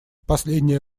последнее